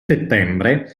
settembre